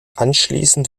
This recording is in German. anschließend